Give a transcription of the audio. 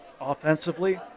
Offensively